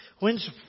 When's